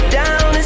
down